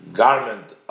garment